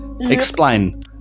explain